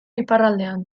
iparraldean